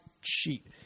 sheet